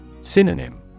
Synonym